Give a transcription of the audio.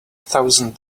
thousand